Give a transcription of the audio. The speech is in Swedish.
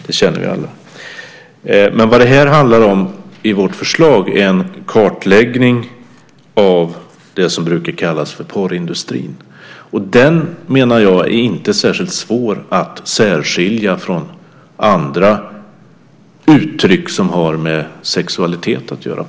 Det känner vi alla till. Vårt förslag handlar om en kartläggning av det som brukar kallas för porrindustrin, och jag menar att den inte är särskilt svår att särskilja från andra uttryck som har med sexualitet att göra.